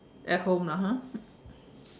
at home lah hor